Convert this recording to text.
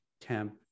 temp